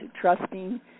trusting